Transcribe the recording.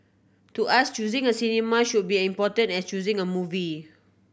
to us choosing a cinema should be important as choosing a movie